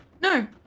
No